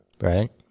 Right